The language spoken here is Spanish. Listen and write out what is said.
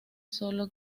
sólo